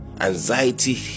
Anxiety